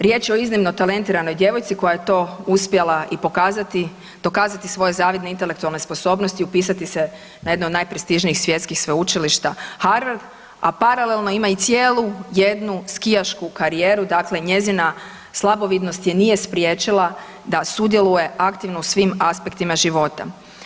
Riječ je o iznimno talentiranoj djevojci koja je to uspjela i pokazati, dokazati svoje zavidne intelektualne sposobnost i upisati se na jedno od najprestižnijih svjetskih sveučilišta Harvard, a paralelno ima i cijelu jednu skijašku karijeru, dakle njezina slabovidnost je nije spriječila da sudjeluje aktivno u svim aspektima života.